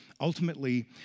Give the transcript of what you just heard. ultimately